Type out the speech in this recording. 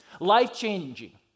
Life-changing